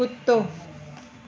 कुतो